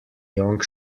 young